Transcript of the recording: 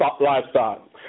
livestock